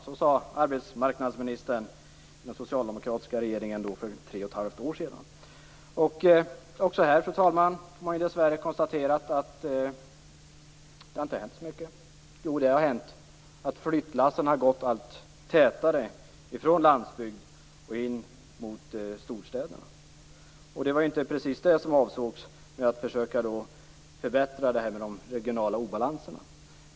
Så sade arbetsmarknadsministern i den socialdemokratiska regeringen för tre och ett halvt år sedan. Också här får man dessvärre konstatera att det inte hänt så mycket. Jo, det har hänt att flyttlassen har gått allt tätare från landsbygd in mot storstäderna. Det var inte precis det som avsågs med att försöka åtgärda de regionala obalanserna.